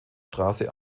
straße